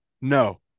No